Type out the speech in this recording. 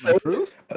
proof